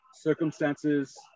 circumstances